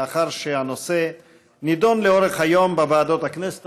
במסגרת הצעות לסדר-היום מס'